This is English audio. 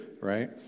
right